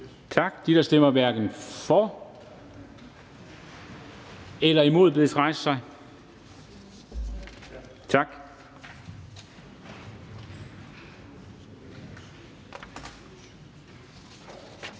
Tak. De, der stemmer hverken for eller imod, bedes rejse sig. Tak.